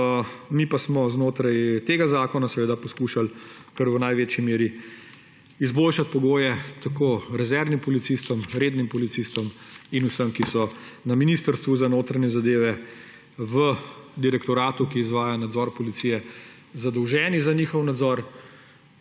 Mi smo znotraj tega zakona seveda poskušali kar v največji meri izboljšati pogoje tako rezervnim policistom, rednim policistom in vsem, ki so na Ministrstvu za notranje zadeve v direktoratu, ki izvaja nadzor policije, zadolženi za njihov nadzor.